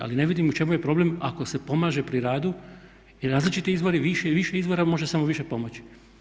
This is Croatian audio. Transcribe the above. Ali ne vidim u čemu je problem ako se pomaže pri radu i različiti izvori, više i više izvora može samo više pomoći.